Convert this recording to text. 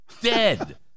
dead